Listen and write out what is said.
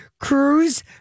Cruise